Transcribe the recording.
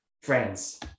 friends